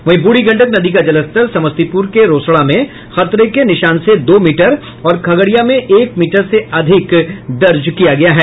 वहीं ब्रूढ़ी गंडक नदी का जलस्तर समस्तीपूर के रोसड़ा में खतरे के निशान से दो मीटर और खगड़िया में एक मीटर से अधिक दर्ज किया गया है